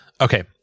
Okay